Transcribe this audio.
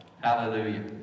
hallelujah